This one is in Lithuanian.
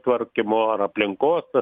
tvarkymo ar aplinkos